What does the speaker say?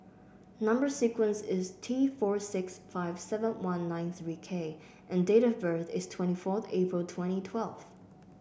number sequence is T four six five seven one nine three K and date of birth is twenty fourth April twenty twelve